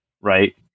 right